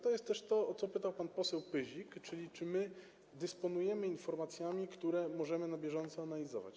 To jest też to, o co pytał pan poseł Pyzik, czyli czy dysponujemy informacjami, które możemy na bieżąco analizować.